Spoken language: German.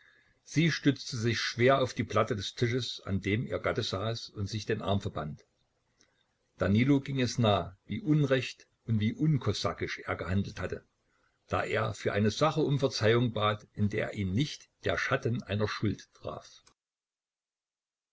sie stützte sich schwer auf die platte des tisches an dem ihr gatte saß und sich den arm verband danilo ging es nah wie unrecht und wie unkosakisch er gehandelt hatte da er für eine sache um verzeihung bat in der ihn nicht der schatten einer schuld traf